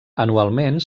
anualment